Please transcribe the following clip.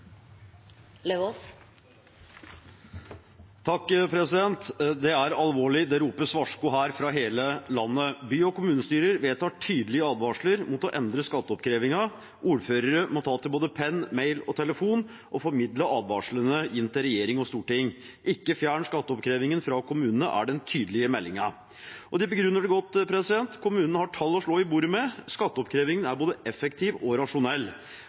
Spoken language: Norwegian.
alvorlig, det ropes «varsko her» fra hele landet. By- og kommunestyrer vedtar tydelige advarsler mot å endre skatteoppkrevingen, ordførere må ta til både penn, mail og telefon og formidle advarslene inn til regjering og storting. Ikke fjern skatteoppkrevingen fra kommunene, er den tydelige meldingen. Og de begrunner det godt: Kommunene har tall å slå i bordet med. Skatteoppkrevingen er både effektiv og rasjonell,